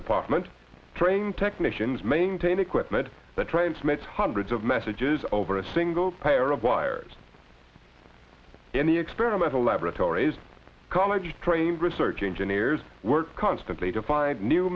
department trained technicians maintain equipment that transmits hundreds of messages over a single payor of wires in the experimental laboratories college trained research engineers work constantly to find new